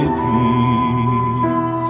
peace